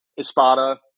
Espada